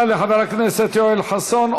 תודה לחבר הכנסת יואל חסון.